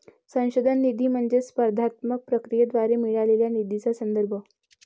संशोधन निधी म्हणजे स्पर्धात्मक प्रक्रियेद्वारे मिळालेल्या निधीचा संदर्भ